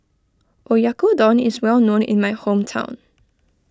Oyakodon is well known in my hometown